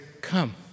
come